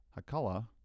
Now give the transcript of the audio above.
Hakala